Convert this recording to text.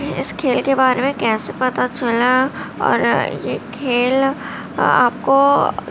اس کھیل کے بارے میں کیسے پتہ چلا اور یہ کھیل آپ کو